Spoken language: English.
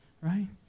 right